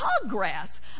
progress